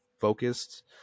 focused